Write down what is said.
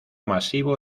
masivo